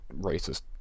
racist